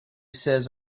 says